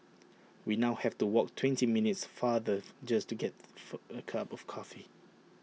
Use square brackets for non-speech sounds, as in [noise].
we now have to walk twenty minutes farther [noise] just to get for A cup of coffee